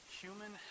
human